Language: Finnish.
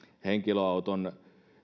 henkilöauton